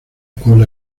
cola